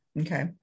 okay